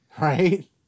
Right